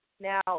Now